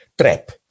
trap